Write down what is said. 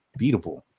beatable